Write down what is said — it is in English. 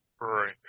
Right